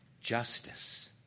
justice